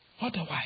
otherwise